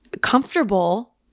comfortable –